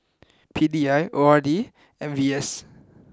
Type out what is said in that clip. P D I O R D and V S